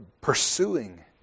pursuing